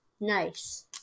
Nice